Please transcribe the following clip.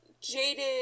jaded